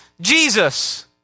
Jesus